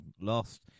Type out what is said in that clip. lost